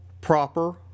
proper